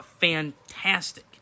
fantastic